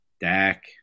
Dak